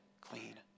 clean